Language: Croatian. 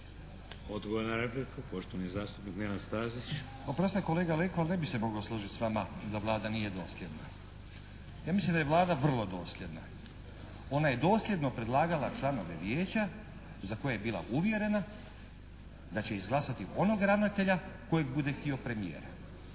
Odgovor na repliku, poštovani zastupnik Nenad Stazić. **Stazić, Nenad (SDP)** Oprostite kolega Leko. Ne bih se mogao složiti sa vama da Vlada nije dosljedna. Ja mislim da je Vlada vrlo dosljedna. Ona je dosljedno predlagala članove vijeća za koje je bila uvjerena da će izglasati onog ravnatelja kojeg bude htio premijer.